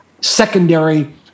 secondary